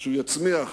שהוא יצמיח